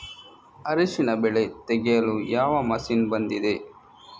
ಅರಿಶಿನ ಬೆಳೆ ತೆಗೆಯಲು ಯಾವ ಮಷೀನ್ ಬಂದಿದೆ?